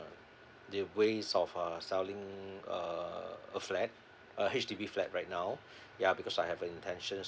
the ways of uh selling uh a flat a H_D_B flat right now ya because I have intention